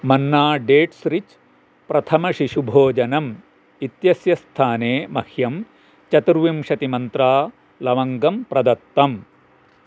Manna dates rich प्रथमशिशुभोजनम् इत्यस्य स्थाने मह्यं चर्तुविंशतिमन्त्राः लवङ्गम् प्रदत्तम्